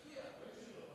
ישראל ביתנו,